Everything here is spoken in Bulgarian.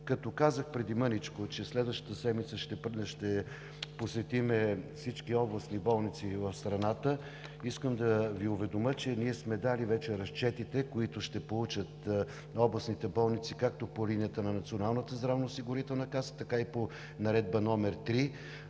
Като казах преди малко, че следващата седмица ще посетим всички областни болници в страната, искам да Ви уведомя, че ние сме дали вече разчетите, които ще получат областните болници както по линията на Националната здравноосигурителна каса, така и по Наредба № 3.